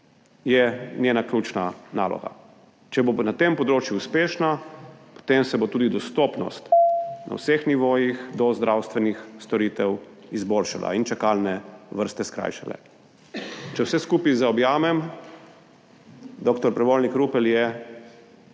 je njena ključna naloga. Če bo na tem področju uspešna, potem se bo tudi dostopnost na vseh nivojih do zdravstvenih storitev izboljšala in čakalne vrste skrajšale. Če vse skupaj zaobjamem, dr. Prevolnik Rupel je